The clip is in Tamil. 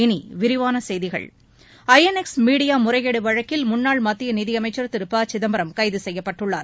இனி விரிவான செய்திகள் ஐ என் எக்ஸ் மீடியா முறைகேடு வழக்கில் முன்னாள் மத்திய நிதியமைச்சர் திரு பசிதம்பரம் கைது செய்யப்பட்டுள்ளார்